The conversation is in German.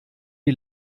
die